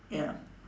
ya